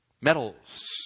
metals